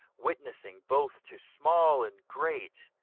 witnessing both to small and great,